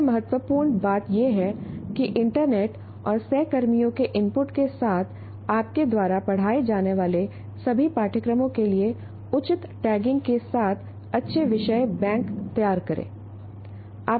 सबसे महत्वपूर्ण बात यह है कि इंटरनेट और सहकर्मियों के इनपुट के साथ आपके द्वारा पढ़ाए जाने वाले सभी पाठ्यक्रमों के लिए उचित टैगिंग के साथ अच्छे विषय बैंक तैयार करें